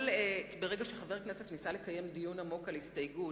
ברגע שחבר כנסת ניסה לקיים דיון עמוק על הסתייגות,